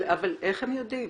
אבל איך הם יודעים?